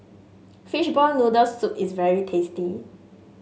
Fishball Noodle Soup is very tasty